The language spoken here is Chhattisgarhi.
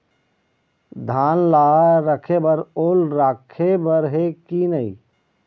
धान ला रखे बर ओल राखे बर हे कि नई?